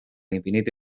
infinito